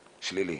שלילי.